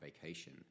vacation